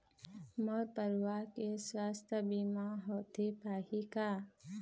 मोर परवार के सुवास्थ बीमा होथे पाही का?